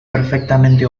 perfectamente